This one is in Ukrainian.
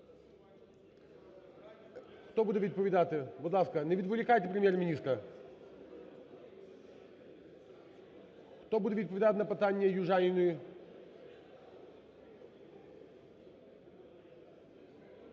Хто буде відповідати? Будь ласка, не відволікайте Прем'єр-міністра. Хто буде відповідати на питання Южаніної?